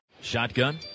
Shotgun